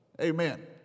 Amen